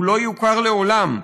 הוא לא יוכר לעולם.